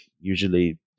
Usually